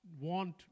want